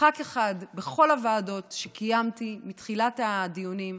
ח"כ אחד בכל הישיבות שקיימתי מתחילת הדיונים,